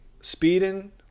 speeding